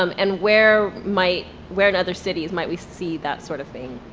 um and where might, where in other cities might we see that sort of thing?